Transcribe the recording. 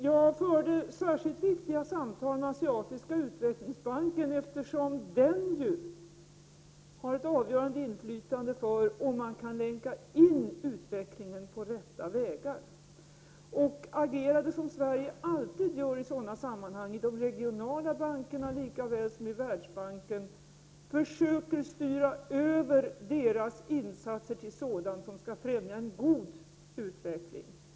Jag förde särskilt viktiga samtal med Asiatiska Utvecklingsbanken, eftersom den ju har ett avgörande inflytande på om man kan länka in utvecklingen på rätta vägar. Jag agerade då som man från Sveriges sida alltid gör i sådana sammanhang i de regionala bankerna lika väl som i Världsbanken, dvs. jag försökte styra över insatserna till sådant som skall främja en god utveckling.